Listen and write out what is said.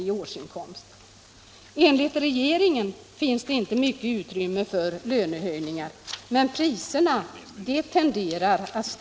i årsinkomst?